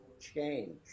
change